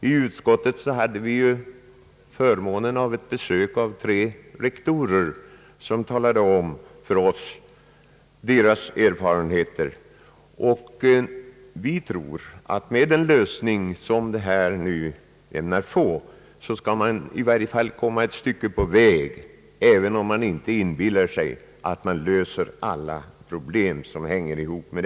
I utskottet hade vi förmånen att få besök av tre rektorer, som talade om sina erfarenheter. Vi tror att man med den lösning som nu föreslås skall komma ett stycke på väg, även om vi inte inbillar oss att vi löser alla härmed sammanhängande problem.